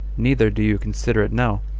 neither do you consider it now,